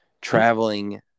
traveling